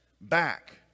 back